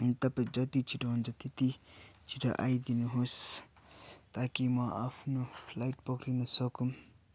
अनि तपाईँ जति छिटो हुन्छ त्यति छिटो आइदिनुहोस् ता कि म आफ्नो फ्लाइट पक्रिनु सकौँ